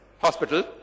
hospital